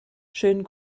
schönen